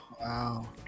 Wow